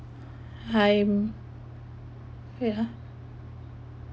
I'm wait ah